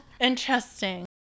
Interesting